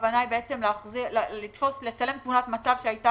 הכוונה היא בעצם לצלם תמונת מצב שהייתה